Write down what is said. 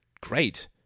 great